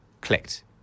clicked